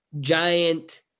giant